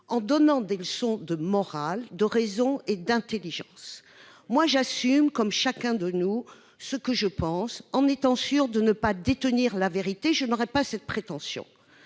en donnant des leçons de morale, de raison et d'intelligence. J'assume, comme chacun de nous, ce que je pense, tout en sachant que je ne détiens pas la vérité- je n'aurai pas cette prétention.